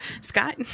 Scott